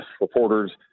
reporters